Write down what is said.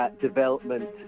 development